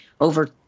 over